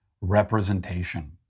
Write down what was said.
Representation